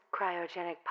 cryogenic